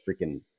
freaking